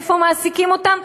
איפה מעסיקים אותם?